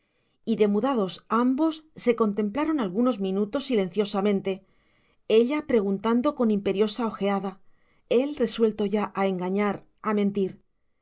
y demudados ambos se contemplaron algunos minutos silenciosamente ella preguntando con imperiosa ojeada él resuelto ya a engañar a mentir